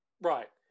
Right